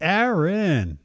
Aaron